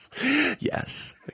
yes